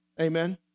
Amen